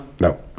No